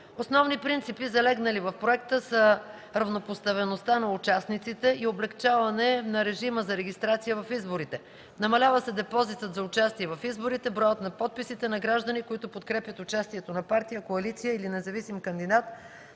Основни принципи, залегнали в проекта, са равнопоставеността на участниците и облекчаване на режима за регистрация в изборите. Намалява се депозитът за участие в изборите, броят на подписите на граждани, които подкрепят участието на партия, коалиция или независим кандидат,